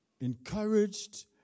encouraged